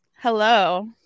Hello